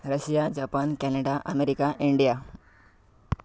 Russia Japan Canada America India